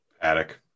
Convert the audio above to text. Attic